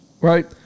Right